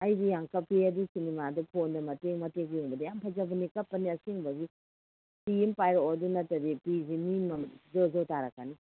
ꯑꯩꯗꯤ ꯌꯥꯝ ꯀꯞꯄꯤ ꯑꯗꯨꯒꯤ ꯁꯤꯅꯤꯃꯥꯗꯣ ꯐꯣꯟꯗ ꯃꯇꯦꯛ ꯃꯇꯦꯛ ꯌꯦꯡꯕꯗ ꯌꯥꯝ ꯐꯖꯕꯅꯦ ꯀꯞꯄꯅꯦ ꯑꯁꯦꯡꯕꯒꯤ ꯐꯤ ꯑꯃ ꯄꯥꯏꯔꯛꯑꯣ ꯑꯗꯨ ꯅꯠꯇ꯭ꯔꯗꯤ ꯄꯤꯁꯦ ꯃꯤ ꯃꯃꯥꯡ ꯖꯣꯔꯣ ꯖꯣꯔꯣ ꯇꯥꯔꯛꯀꯅꯤ